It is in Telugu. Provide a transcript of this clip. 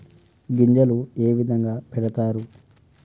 గింజలు ఏ విధంగా పెడతారు?